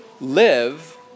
live